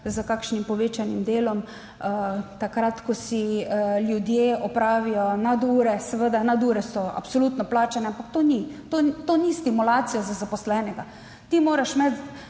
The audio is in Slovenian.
s kakšnim povečanim delom. Takrat, ko ljudje opravijo nadure, seveda, nadure so absolutno plačane, ampak to ni stimulacija za zaposlenega. Ti moraš imeti